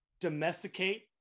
domesticate